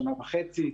שנה וחצי.